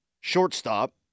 shortstop